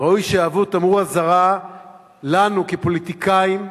ראוי שתהיה תמרור אזהרה לנו, כפוליטיקאים,